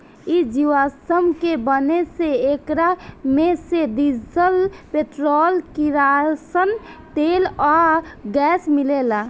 इ जीवाश्म के बने से एकरा मे से डीजल, पेट्रोल, किरासन तेल आ गैस मिलेला